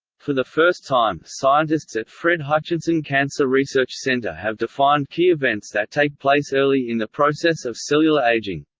for the first time, scientists at fred hutchinson cancer research center have defined key events that take place early in the process of cellular aging.